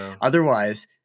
otherwise